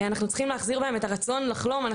אנחנו צריכים להחזיר בהם את הרצון לחלום.